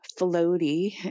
floaty